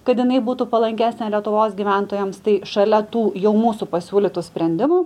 kad jinai būtų palankesnė lietuvos gyventojams tai šalia tų jau mūsų pasiūlytų sprendimų